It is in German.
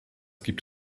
gibt